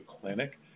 clinic